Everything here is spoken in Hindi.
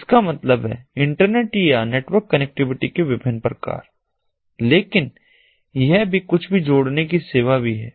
इसका मतलब है इंटरनेट या नेटवर्क कनेक्टिविटी के विभिन्न प्रकार लेकिन यह भी कुछ भी जोड़ने की सेवा भी है